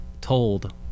told